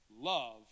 love